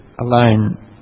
alone